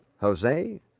Jose